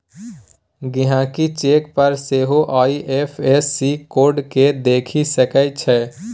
गहिंकी चेक पर सेहो आइ.एफ.एस.सी कोड केँ देखि सकै छै